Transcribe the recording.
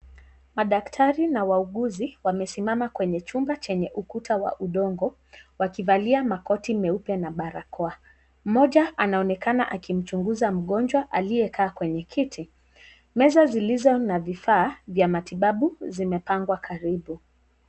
Madaktari na wauguzi, wamesimama kwenye chumba chenye ukuta wa udongo, wakivalia makoti meupe na barakoa. Mmoja, anaonekana akimchunguza mgonjwa aliyekaa kwenye kiti. Meza zilizo na vifaa vya matibabu zimepangwa karibu.